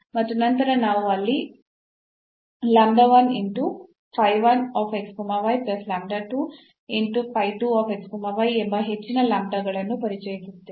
ಮತ್ತು ನಂತರ ನಾವು ಅಲ್ಲಿ ಎಂಬ ಹೆಚ್ಚಿನ lambdas ಗಳನ್ನು ಪರಿಚಯಿಸುತ್ತೇವೆ